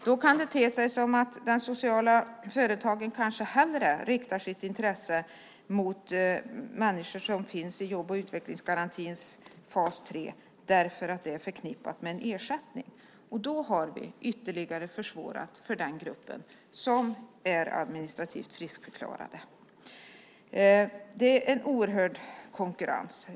Då kan det te sig så att de sociala företagen kanske hellre riktar sitt intresse mot människor som finns i jobb och utvecklingsgarantins tredje fas, eftersom det är förknippat med en ersättning. Då har vi ytterligare försvårat för den grupp som är administrativt friskförklarade. Det är en oerhörd konkurrens.